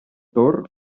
tor